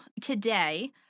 today